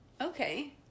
Okay